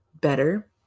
better